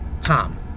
Tom